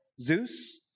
Zeus